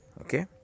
okay